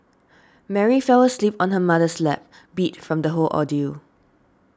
Mary fell asleep on her mother's lap beat from the whole ordeal